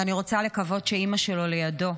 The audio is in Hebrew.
ואני רוצה לקוות שאימא שלו לידו,